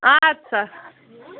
اَد سا